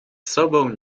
sobą